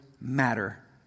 matter